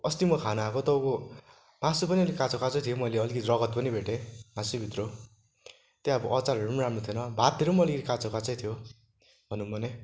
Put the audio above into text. अस्ति म खान आएको तपाईँको मासु पनि अलि काँचो काँचो थियो मैले अलिकति रगत पनि भेटेँ मासुभित्र त्यहाँ अब अचारहरू पनि राम्रो थिएन भातहरू पनि अलिकति काँचो काँचै थियो भनौँ भने